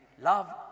love